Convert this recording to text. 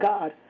God